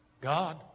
God